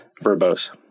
verbose